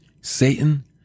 Satan